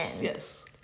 yes